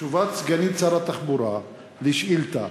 בתשובת סגנית שר התחבורה על שאילתה: